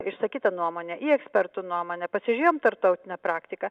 išsakytą nuomonę į ekspertų nuomonę pasižiūrėjom tarptautinę praktiką